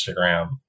Instagram